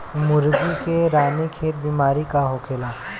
मुर्गी में रानीखेत बिमारी का होखेला?